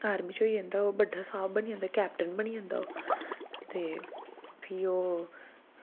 army च होई जंदा बड्डा साह्ब बनी जंदा ओह् कैप्टन ते फ्ही ओह्